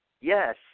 Yes